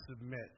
submit